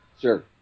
Sure